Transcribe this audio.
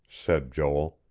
said joel.